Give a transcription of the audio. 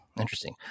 interesting